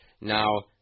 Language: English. Now